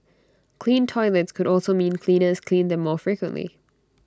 clean toilets could also mean cleaners clean them more frequently